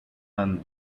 and